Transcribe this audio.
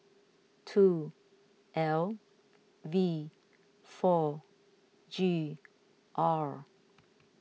two L V four G R